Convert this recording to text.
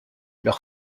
leur